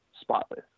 spotless